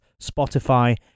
Spotify